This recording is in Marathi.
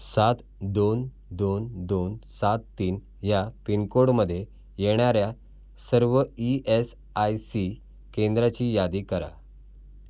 सात दोन दोन दोन सात तीन या पिन कोडमध्ये येणाऱ्या सर्व ई एस आय सी केंद्राची यादी करा